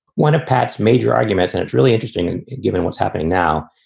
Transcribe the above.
one of pat's major arguments, and it's really interesting given what's happening now,